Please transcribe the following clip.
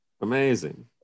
Amazing